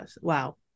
wow